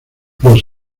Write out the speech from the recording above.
los